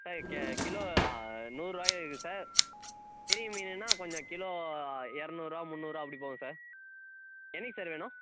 sir கே kilo நூறுபாயில இருக்குது சார் பெரிய மீனுனா கொஞ்சம் கிலோ இரநூறுவா முன்னூறுவா அப்படி போகும் சார் இன்னிக்கி சார் வேணும்